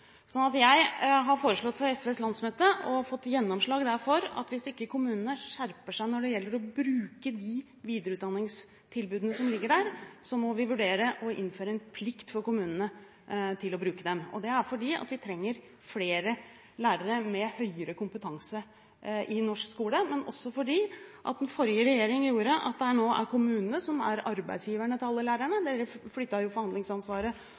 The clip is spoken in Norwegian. Jeg har foreslått for SVs landsmøte, og fått gjennomslag for, at hvis ikke kommunene skjerper seg når det gjelder å bruke de videreutdanningstilbudene som ligger der, må vi vurdere å innføre en plikt for kommunene til å bruke dem. Det er fordi vi trenger flere lærere med høyere kompetanse i norsk skole, og også fordi den forrige regjeringen innførte at det nå er kommunene som er arbeidsgivere for alle lærerne. Man flyttet forhandlingsansvaret